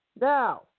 Now